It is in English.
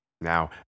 now